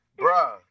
bruh